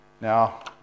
Now